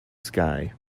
sky